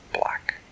black